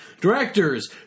Directors